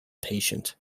patient